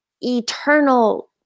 eternal